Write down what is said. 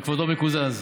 וכבודו מקוזז.